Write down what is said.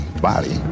body